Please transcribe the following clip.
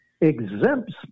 exempts